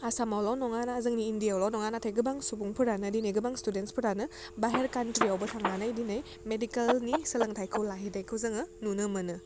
आसामावल' नङाना जोंनि इन्डियावल' नङा नाथाय गोबां सुबुंफोरानो दिनै गोबां स्टुडेन्टसफोरानो बाहेर कान्ट्रियावबो थांनानै दिनै मेडिकेलनि सोलोंथाइखौ लाहैनायखौ जोङो नुनो मोनो